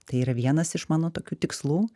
tai yra vienas iš mano tokių tikslų